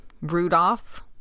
Rudolph